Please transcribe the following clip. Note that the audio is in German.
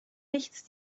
nichts